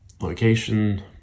location